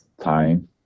time